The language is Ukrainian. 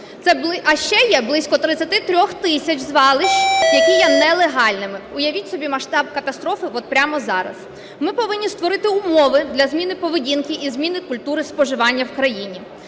А ще є близько 33 тисяч звалищ, які є нелегальними. Уявіть собі масштаб катастрофи от прямо зараз. Ми повинні створити умови для зміни поведінки і зміни культури споживання в країні.